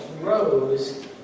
rose